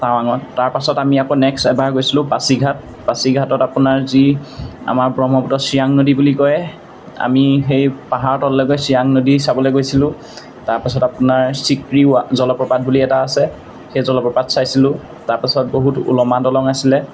টাৱাঙত তাৰপাছত আমি আকৌ নেক্সট এবাৰ গৈছিলোঁ পাছিঘাট পাছিঘাটত আপোনাৰ যি আমাৰ ব্ৰহ্মপুত্ৰ চিয়াং নদী বুলি কয় আমি সেই পাহাৰৰ তললৈকে চিয়াং নদী চাবলৈ গৈছিলোঁ তাৰপাছত আপোনাৰ চিক্ৰী জলপ্ৰপাত বুলি এটা আছে সেই জলপ্ৰপাত চাইছিলোঁ তাৰপাছত বহুত উলমা দলং আছিলে